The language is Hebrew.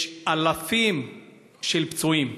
יש אלפים של פצועים,